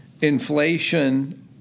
inflation